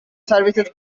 services